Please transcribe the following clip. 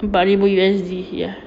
empat ribu U_S_D ya